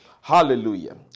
Hallelujah